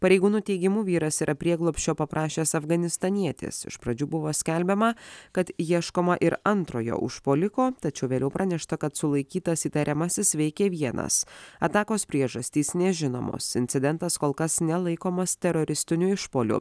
pareigūnų teigimu vyras yra prieglobsčio paprašęs afganistanietis iš pradžių buvo skelbiama kad ieškoma ir antrojo užpuoliko tačiau vėliau pranešta kad sulaikytas įtariamasis veikė vienas atakos priežastys nežinomos incidentas kol kas nelaikomas teroristiniu išpuoliu